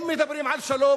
אם מדברים על שלום,